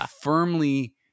firmly